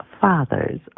fathers